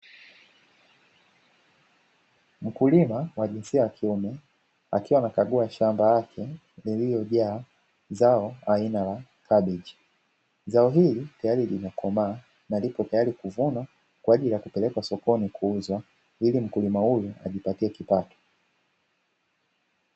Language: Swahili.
Mkulima wa jinsia ya kiume akiwa anakagua shamba lake lililojaa zao aina la kabeji. Zao hili tayari limekomaa tayari kuvunwa kwaajili ya kupelekwa sokoni kuuzwa ili mkulima huyu ajipatie kipato .